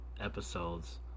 episodes